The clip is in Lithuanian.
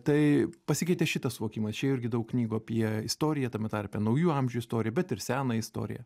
tai pasikeitė šitas suvokimas čia irgi daug knygų apie istoriją tame tarpe naujų amžių istoriją bet ir seną istoriją